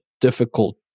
difficult